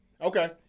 Okay